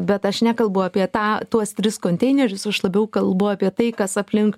bet aš nekalbu apie tą tuos tris konteinerius aš labiau kalbu apie tai kas aplink